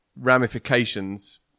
ramifications